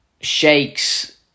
shakes